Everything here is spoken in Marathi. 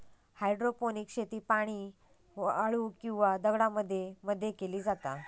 हायड्रोपोनिक्स शेती पाणी, वाळू किंवा दगडांमध्ये मध्ये केली जाता